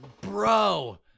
bro